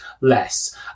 less